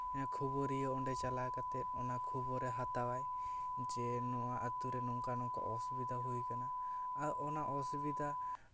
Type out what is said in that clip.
ᱱᱤᱭᱟᱹ ᱠᱷᱚᱵᱚᱨᱤᱭᱟᱹ ᱚᱸᱰᱮ ᱪᱟᱞᱟᱣ ᱠᱟᱛᱮ ᱚᱱᱟ ᱠᱷᱚᱵᱮᱨᱮ ᱦᱟᱛᱟᱣᱟ ᱡᱮ ᱱᱚᱣᱟ ᱟᱛᱳ ᱨᱮ ᱱᱚᱝᱠᱟ ᱱᱚᱝᱠᱟ ᱚᱥᱩᱵᱤᱫᱟ ᱦᱩᱭ ᱠᱟᱱᱟ ᱟᱨ ᱚᱱᱟ ᱚᱥᱩᱵᱤᱫᱟ